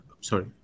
sorry